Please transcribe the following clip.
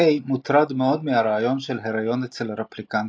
קיי מוטרד מאוד מהרעיון של היריון אצל רפליקנטית,